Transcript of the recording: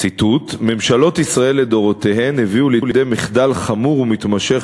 "ממשלות ישראל לדורותיהן הביאו לידי מחדל חמור ומתמשך